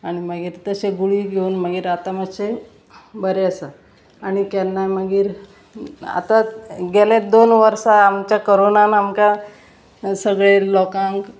आनी मागीर तशें गुळी घेवन मागीर आतां मातशें बरें आसा आनी केन्नाय मागीर आतां गेले दोन वर्सा आमच्या कोरोनान आमकां सगळे लोकांक